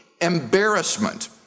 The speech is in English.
embarrassment